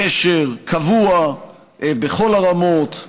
קשר קבוע בכל הרמות.